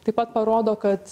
taip pat parodo kad